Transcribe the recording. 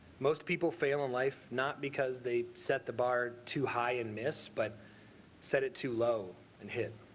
most people fail in life not because they set the bar too high and miss but set it too low and hit